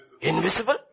invisible